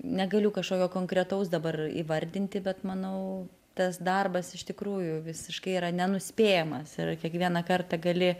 negaliu kažkokio konkretaus dabar įvardinti bet manau tas darbas iš tikrųjų visiškai yra nenuspėjamas ir kiekvieną kartą gali